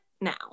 now